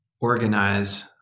organize